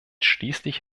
schließlich